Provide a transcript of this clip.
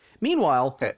Meanwhile